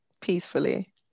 Peacefully